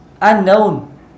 unknown